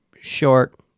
short